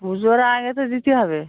পুজোর আগে তো দিতে হবে